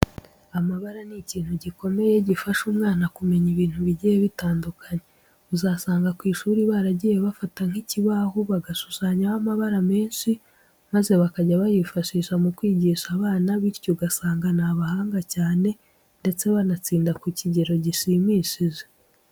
Amabara ni ikintu gikomeye gifasha umwana kumenya ibintu bigiye bitandukanye. Uzasanga ku ishuri baragiye bafata nk'ikibaho bagashushanyaho amabara menshi maze bakajya bayifashisha mu kwigisha abana bityo ugasanga ni abahanga cyane ndetse banatsinda ku kigero gishimishije.